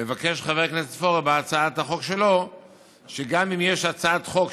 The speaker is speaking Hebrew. מבקש חבר הכנסת פורר בהצעת החוק שלו שגם אם יש הצעת חוק,